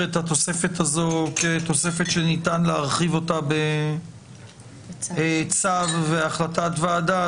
את התוספת הזאת כתוספת שניתן להרחיב אותה בצו החלטת ועדה,